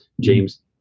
james